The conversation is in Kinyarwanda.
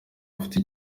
bafite